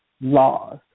laws